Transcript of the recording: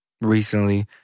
recently